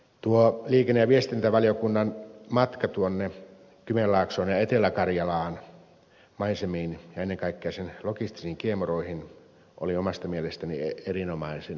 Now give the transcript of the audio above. tuo liikenne ja viestintävaliokunnan matka tuonne kymenlaaksoon ja etelä karjalan maisemiin ja ennen kaikkea sen logistisiin kiemuroihin oli omasta mielestäni erinomaisen hyvä